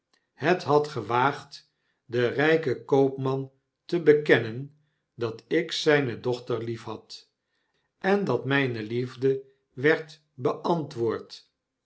het had gewaagd den rjjken koopman te bekennen dat ik zijne dochter lief had en dat mijne liefde werd beantwoord